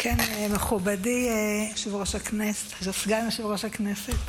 מכובדי סגן יושב-ראש הכנסת,